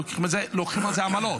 לוקחים על זה עמלות.